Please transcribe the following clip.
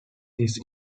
this